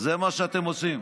זה מה שאתם עושים.